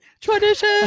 Tradition